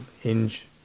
Hinge